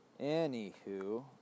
Anywho